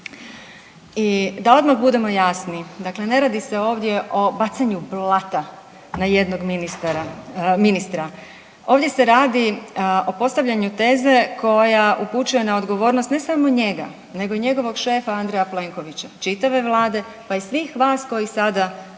Da odmah budemo jasni dakle, ne radi se ovdje o bacanju blata na jednog ministara, ministra, ovdje se radi o postavljanju teze koja upućuje na odgovornost ne samo njega nego i njegovog šefa Andreja Plenkovića, čitave vlade pa i svih vas koji sada ovdje